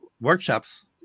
workshops